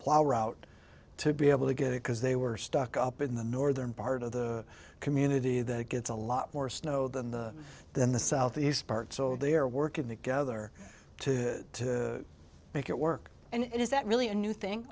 plow route to be able to get it because they were stuck up in the northern part of the community that gets a lot more snow than the than the southeast part so they are working together to make it work and it is that really a new thing